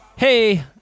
Hey